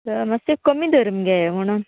मात्शें कमी धर मगे म्हणून